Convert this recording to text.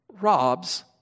robs